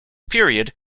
period